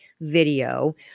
video